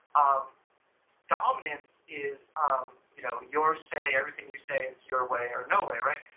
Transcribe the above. um dominance is um you know your say, everything you say it's your way or no way, right,